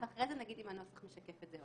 ואחר כך נגיד אם הנוסח משקף את זה או לא.